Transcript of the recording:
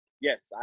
yes